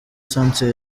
centre